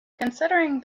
considering